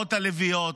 האימהות הלביאות,